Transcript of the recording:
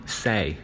say